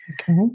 Okay